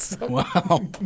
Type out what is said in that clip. Wow